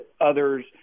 others